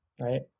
right